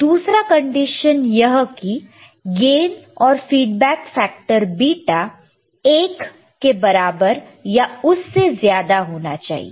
दूसरा कंडीशन यह है कि गेन और फीडबैक फैक्टर बीटा 1 के बराबर या उससे ज्यादा होना चाहिए